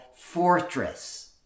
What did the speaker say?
fortress